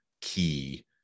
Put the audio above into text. key